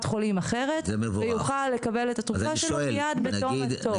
חולים אחרת ויוכל לקבל את התרופות שלו מיד בתום הפטור.